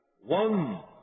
One